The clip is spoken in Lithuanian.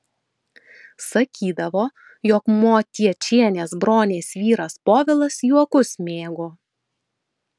sakydavo jog motiečienės bronės vyras povilas juokus mėgo